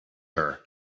her